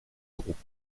groupe